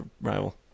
rival